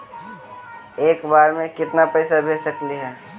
एक बार मे केतना पैसा भेज सकली हे?